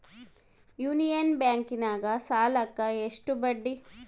Union ಬ್ಯಾಂಕಿನಾಗ ಸಾಲುಕ್ಕ ಎಷ್ಟು ಬಡ್ಡಿ?